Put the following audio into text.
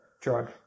drug